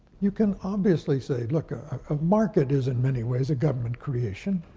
you can obviously say, look, a market is in many ways a government creation.